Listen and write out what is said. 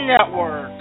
Network